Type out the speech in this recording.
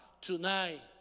tonight